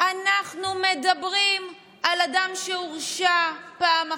אנחנו מדברים על אדם שהורשע פעם אחת,